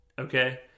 Okay